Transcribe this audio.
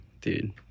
dude